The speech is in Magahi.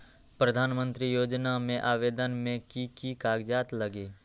प्रधानमंत्री योजना में आवेदन मे की की कागज़ात लगी?